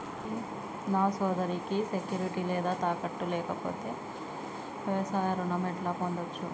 నా సోదరికి సెక్యూరిటీ లేదా తాకట్టు లేకపోతే వ్యవసాయ రుణం ఎట్లా పొందచ్చు?